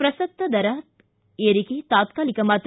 ಪ್ರಸಕ್ತ ದರ ಏರಿಕೆ ತಾತ್ಕಾಲಿಕ ಮಾತ್ರ